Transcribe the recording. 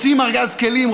רוצים ארגז כלים,